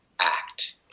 act